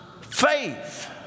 faith